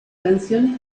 canción